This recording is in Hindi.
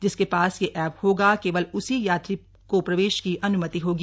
जिसके पास यह एप होगा केवल उसी यात्री प्रवेश की अनुमति होगी